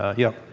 yeah?